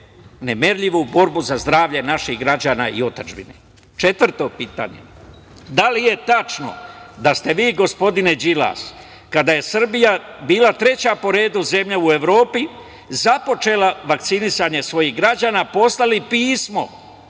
nemerljivu borbu za zdravlje naših građana i otadžbine? Četvrto pitanje, da li je tačno da ste vi, gospodine Đilas, kada je Srbija bila treća po redu zemlja u Evropi započela vakcinisanje svojih građana poslali pismo,